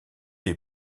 est